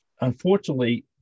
unfortunately